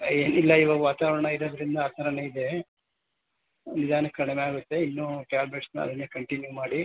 ಏನಿಲ್ಲ ಇವಾಗ ವಾತಾವರಣ ಇರೋದರಿಂದ ಆ ಥರವೇ ಇದೆ ನಿಧಾನಕ್ಕೆ ಕಡಿಮೆ ಆಗುತ್ತೆ ಇನ್ನೂ ಟ್ಯಾಬ್ಲೇಟ್ಸನ್ನು ಅದನ್ನೇ ಕಂಟಿನ್ಯೂ ಮಾಡಿ